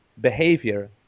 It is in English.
behavior